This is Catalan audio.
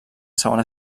segona